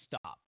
stop